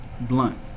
blunt